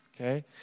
Okay